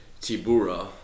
Tibura